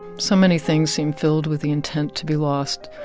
so many things seem filled with the intent to be lost,